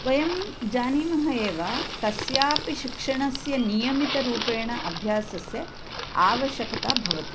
वयं जानीमः एव कस्यापि शिक्षणस्य नियमितरूपेण अभ्यासस्य आवशक्ता भवति